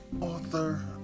author